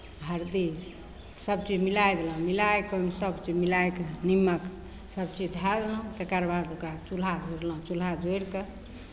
हरदि सभचीज मिलाय देलहुँ मिलाए कऽ ओहिमे सभचीज मिलाए कऽ नीमक सभचीज धए देलहुँ तकर बाद ओकरा चूल्हा जोड़लहुँ चूल्हा जोड़ि कऽ